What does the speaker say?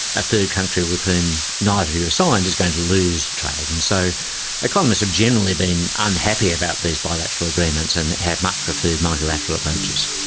a third country with whom neither has yeah signed is going to lose trade. and so economists have generally been unhappy about these bilateral agreements and have much preferred multilateral approaches.